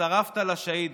הצטרפת לשהידים.